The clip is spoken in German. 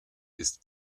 ist